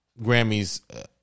Grammys